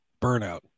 burnout